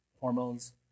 hormones